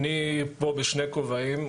פה בשני כובעים,